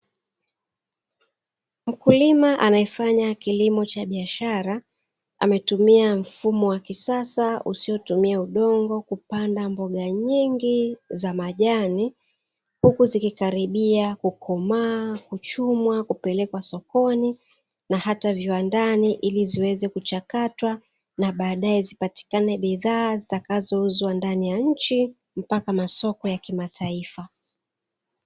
Mkulima anayefanya kilimo cha biashara ametumia mfumo wa kisasa usiotumia udongo, kupanda mboga nyingi za majani huku zikikaribia kukomaa kuchumwa kupelekwa sokoni na hata viwandani, ili ziweze kuchakatwa na baadae zipatikane bidhaa zitakazouzwa ndani ya nchi mpaka masoko ya kimataifa.